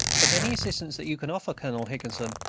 but any assistance that you can offer colonel higginson,